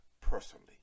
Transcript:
personally